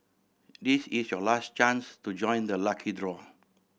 this is your last chance to join the lucky draw